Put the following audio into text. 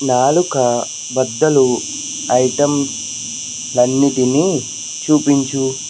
నాలుక బద్దలు ఐటెంలన్నిటినీ చూపించు